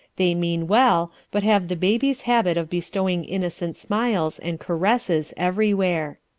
they mean well, but have the baby's habit of bestowing innocent smiles and caresses everywhere.